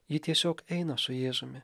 ji tiesiog eina su jėzumi